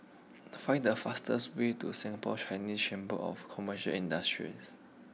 find the fastest way to Singapore Chinese Chamber of Commercial Industries